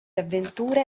avventure